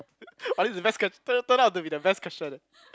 oh this is the best quest turn turn out to be the best question eh